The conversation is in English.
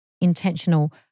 intentional